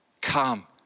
Come